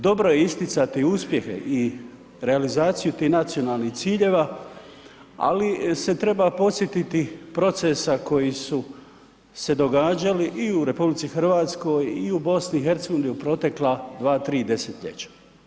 Dobro je isticati uspjehe i realizaciju tih nacionalnih ciljeva ali se treba podsjetiti procesa koji su se događali i u RH i u BiH-u u protekla 2, 3 desetljeća.